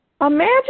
imagine